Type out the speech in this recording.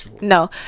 no